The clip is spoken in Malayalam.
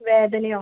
വേദനയോ